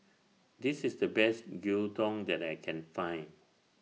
This IS The Best Gyudon that I Can Find